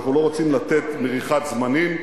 אנחנו לא רוצים לתת מריחת זמנים.